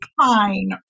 fine